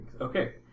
Okay